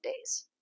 days